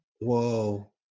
Whoa